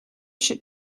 should